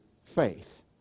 faith